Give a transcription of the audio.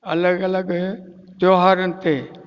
अलॻि अलॻि त्योहारनि ते